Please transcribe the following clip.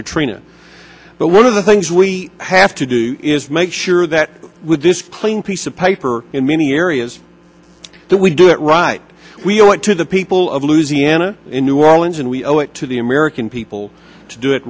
katrina but one of the things we have to do is make sure that this clean piece of paper many areas that we do it right we owe it to the people of louisiana in new orleans and we owe it to the american people to